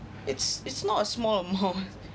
it's it's not a small amount